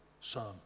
son